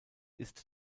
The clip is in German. ist